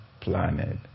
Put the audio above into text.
planet